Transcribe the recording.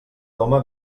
doma